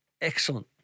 excellent